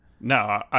No